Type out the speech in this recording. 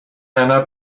einer